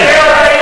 אני לא מתבייש.